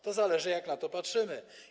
To zależy, jak na to patrzymy.